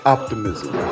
Optimism